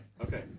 Okay